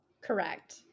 Correct